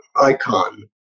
icon